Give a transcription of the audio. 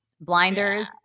Blinders